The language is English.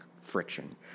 friction